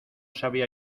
sabía